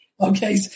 okay